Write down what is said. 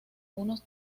unos